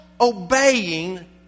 obeying